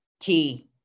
Key